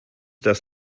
dass